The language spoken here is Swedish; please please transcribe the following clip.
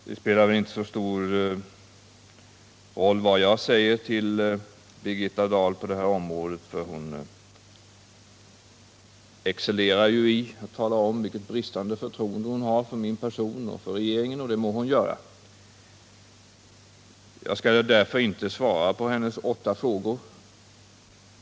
Det spelar väl inte så stor roll vad jag säger till Birgitta Dahl på det här området, för hon excellerar ju i att tala om vilket bristande förtroende hon har för min person och för regeringen — och det må hon göra. Jag skall därför inte svara på hennes åtta frågor.